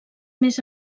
més